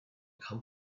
come